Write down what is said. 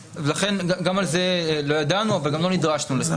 לכן, גם על זה לא ידענו וגם לא נדרשנו לזה.